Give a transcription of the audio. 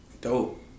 dope